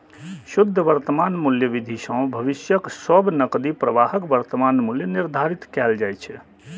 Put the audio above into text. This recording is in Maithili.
शुद्ध वर्तमान मूल्य विधि सं भविष्यक सब नकदी प्रवाहक वर्तमान मूल्य निर्धारित कैल जाइ छै